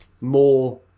more